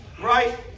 right